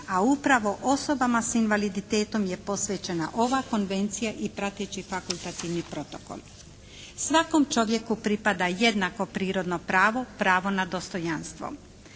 a upravo osobama sa invaliditetom je posvećena ova Konvencija i prateći fakultativni protokol. Svakom čovjeku pripada jednako prirodno pravo, pravo na dostojanstvo.